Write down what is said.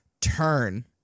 turn